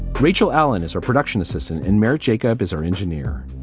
rachel allen is a production assistant in merritt. jacob is our engineer.